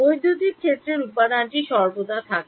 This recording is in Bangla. বৈদ্যুতিক ক্ষেত্রের উপাদানটি সর্বদা থাকে